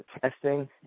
testing